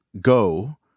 Go